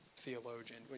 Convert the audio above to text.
Theologian